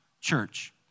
church